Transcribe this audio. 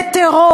זה טרור.